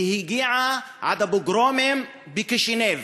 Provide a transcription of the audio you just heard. והגיעה עד הפוגרומים בקישינב.